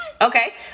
Okay